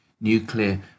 nuclear